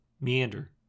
meander